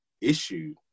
issue